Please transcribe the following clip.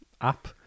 app